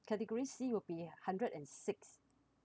category C will be hundred and six